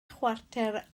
chwarter